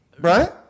Right